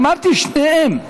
אמרתי שתיהן.